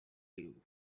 you